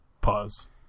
Pause